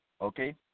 okay